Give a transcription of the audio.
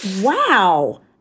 wow